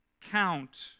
count